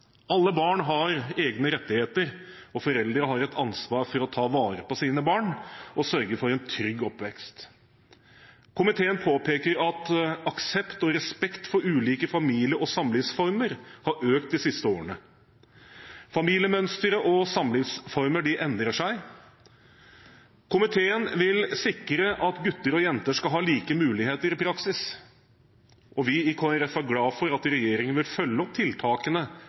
Alle barn har egne rettigheter, og foreldre har et ansvar for å ta vare på sine barn og sørge for en trygg oppvekst. Komiteen påpeker at aksept og respekt for ulike familie- og samlivsformer har økt de siste årene. Familiemønstre og samlivsformer endrer seg. Komiteen vil sikre at gutter og jenter skal ha like muligheter i praksis. Vi i Kristelig Folkeparti er glad for at regjeringen vil følge opp tiltakene